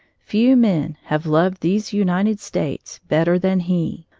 few men have loved these united states better than he.